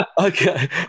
Okay